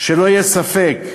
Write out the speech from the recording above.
שלא יהיה ספק,